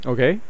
Okay